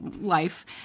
life